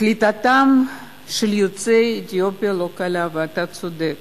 קליטתם של יוצאי אתיופיה לא קלה, ואתה צודק,